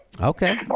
okay